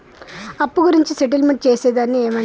అప్పు గురించి సెటిల్మెంట్ చేసేదాన్ని ఏమంటరు?